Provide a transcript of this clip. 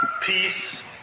peace